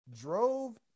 drove